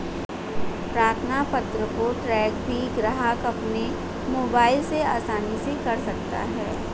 प्रार्थना पत्र को ट्रैक भी ग्राहक अपने मोबाइल से आसानी से कर सकता है